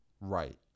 Right